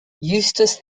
eustace